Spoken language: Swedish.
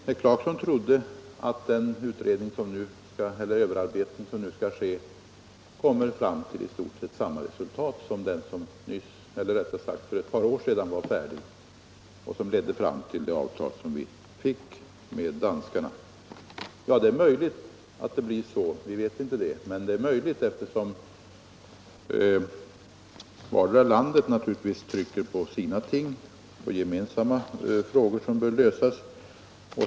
Herr Clarkson trodde att den överarbetning som nu skall ske kommer att leda till i stort sett samma resultat som den utredning som slutfördes för ett par år sedan och som ledde fram till det avtal vi fick med danskarna. Ja, vi vet inte det, men det är möjligt eftersom vartdera landet naturligtvis trycker på sina intressen i de gemensamma frågor som bör lösas.